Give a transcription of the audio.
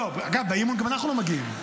לא, אגב, באי-אמון גם אנחנו לא מגיעים.